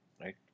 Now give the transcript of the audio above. right